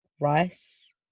rice